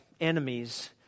enemies